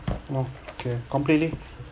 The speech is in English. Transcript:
oh K completely